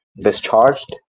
discharged